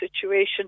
situation